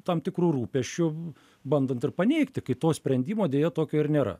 tam tikrų rūpesčių bandant ir paneigti kai to sprendimo deja tokio ir nėra